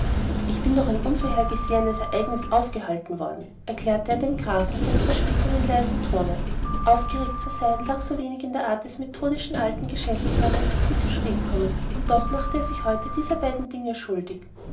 ich bin durch ein unvorhergesehenes ereignis aufgehalten worden erklärte er dem grafen seine verspätung in leisem tone aufgeregt zu sein lag so wenig in der art des methodischen alten geschäftsmannes wie zuspätkommen und doch machte er sich heute dieser beiden dinge schuldig